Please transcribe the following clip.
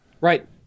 Right